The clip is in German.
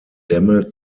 dämme